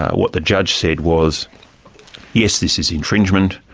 what the judge said was yes, this is infringement,